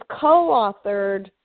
co-authored